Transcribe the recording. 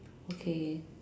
okay